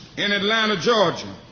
in atlanta, georgia,